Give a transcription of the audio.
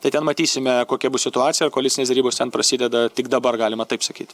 tai ten matysime kokia bus situacija ir koalicinės derybos ten prasideda tik dabar galima taip sakyt